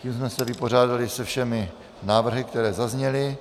Tím jsme se vypořádali se všemi návrhy, které zazněly.